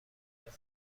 بهم